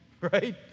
right